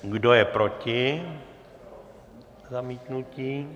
Kdo je proti zamítnutí?